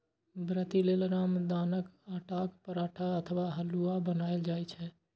व्रती लेल रामदानाक आटाक पराठा अथवा हलुआ बनाएल जाइ छै